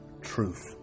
truth